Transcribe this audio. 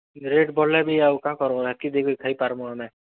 rate ବଢ଼ିଲେ ବି ଆଉ କାଁ କର୍ବା ଏତ୍କି ଦେଇକି ଖାଇପାର୍ମୁ ଆମେ